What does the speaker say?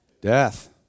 Death